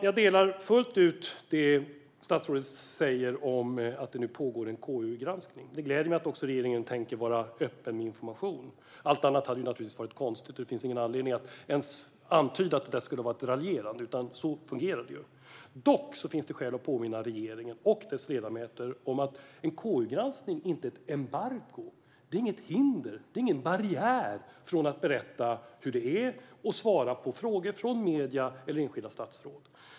Jag delar fullt ut det som statsrådet säger om att det nu pågår en KU-granskning. Det gläder mig att regeringen tänker vara öppen med information. Allt annat hade naturligtvis varit konstigt. Det finns ingen anledning att ens antyda att detta skulle vara ett raljerande, utan så fungerar det. Dock finns det skäl att påminna regeringen och dess ledamöter om att en KU-granskning inte är ett embargo. Det är inget hinder och ingen barriär för att berätta hur det är och svara på frågor från medier eller enskilda statsråd.